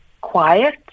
quiet